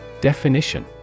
Definition